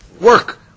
work